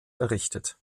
errichtet